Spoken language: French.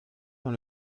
dans